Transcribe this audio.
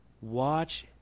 watch